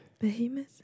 Behemoth